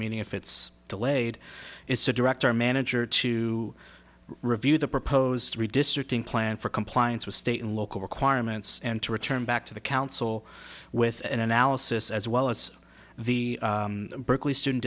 meaning if it's delayed is to direct our manager to review the proposed redistricting plan for compliance with state and local requirements and to return back to the council with an analysis as well as the berkeley student